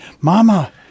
Mama